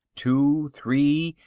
two, three,